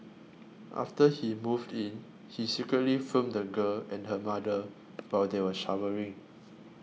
after he moved in he secretly filmed the girl and her mother while they were showering